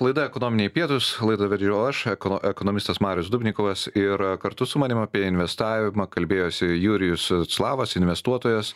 laida ekonominiai pietūs laidą vedžiau aš eko ekonomistas marius dubnikovas ir kartu su manim apie investavimą kalbėjosi jurijus slavas investuotojas